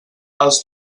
els